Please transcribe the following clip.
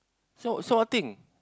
so so what thing